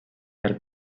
per